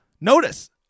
Notice